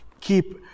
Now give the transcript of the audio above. Keep